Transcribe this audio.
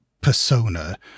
persona